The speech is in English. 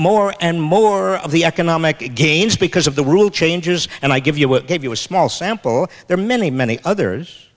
more and more of the economic gains because of the rule changes and i give you what gave you a small sample there many many others